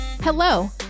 Hello